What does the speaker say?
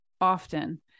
often